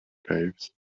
caves